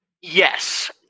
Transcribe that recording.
Yes